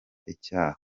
icyaha